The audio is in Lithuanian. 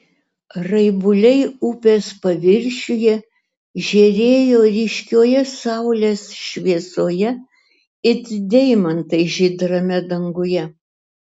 raibuliai upės paviršiuje žėrėjo ryškioje saulės šviesoje it deimantai žydrame danguje